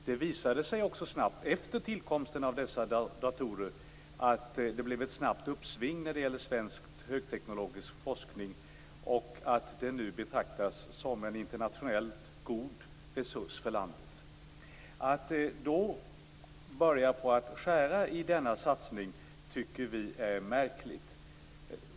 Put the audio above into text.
Det visade sig också snabbt efter tillkomsten av dessa datorer att det blev ett uppsving vad gäller svensk högteknologisk forskning, och det betraktas nu som en internationellt god resurs för landet. Att då börja skära i denna satsning tycker vi är märkligt.